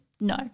no